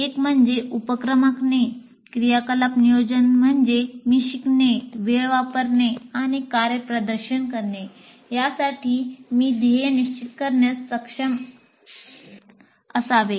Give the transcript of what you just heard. एक म्हणजे उपक्रम आखणे क्रियाकलाप नियोजन म्हणजे मी शिकणे वेळ वापरणे आणि कार्यप्रदर्शन यासाठी मी ध्येय निश्चित करण्यास सक्षम असावे